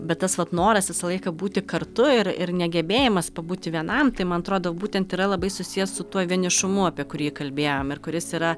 bet tas vat noras visą laiką būti kartu ir ir negebėjimas pabūti vienam tai man atrodo būtent yra labai susijęs su tuo vienišumu apie kurį kalbėjom ir kuris yra